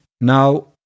Now